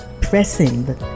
pressing